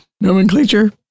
nomenclature